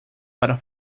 para